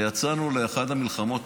ויצאנו לאחת המלחמות